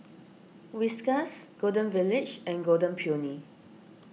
Whiskas Golden Village and Golden Peony